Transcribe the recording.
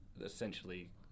essentially